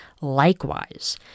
Likewise